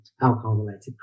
alcohol-related